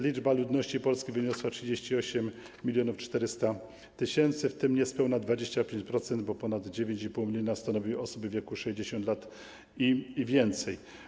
Liczba ludności Polski wyniosła 38 400 tys., w tym niespełna 25%, bo ponad 9,5 mln, stanowią osoby w wieku 60 lat i więcej.